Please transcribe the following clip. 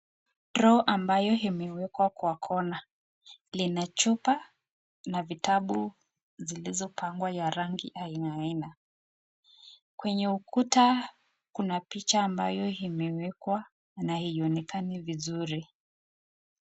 Drawer ambayo imewekwa kwa kona, lina chupa na vitabu zilizopangwa ya rangi aina aina, kwenye ukuta kuna picha ambayo imewekwa na haionekani vizuri.